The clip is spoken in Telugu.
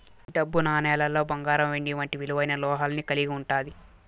ఈ డబ్బు నాణేలులో బంగారం వెండి వంటి విలువైన లోహాన్ని కలిగి ఉంటాది